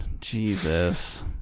Jesus